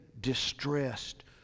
distressed